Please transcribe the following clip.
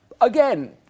again